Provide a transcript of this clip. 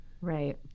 Right